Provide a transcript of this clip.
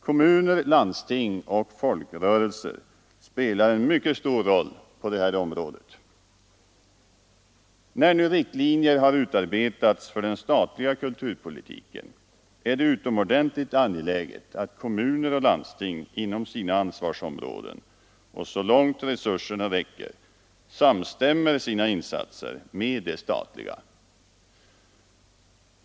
Kommuner, landsting och folkrörelser spelar en mycket stor roll på detta område. När nu riktlinjer har utarbetats för den statliga kulturpolitiken är det utomordentligt angeläget att kommuner och landsting inom sina ansvarsområden och så långt resurserna räcker samstämmer sina insatser med de statliga.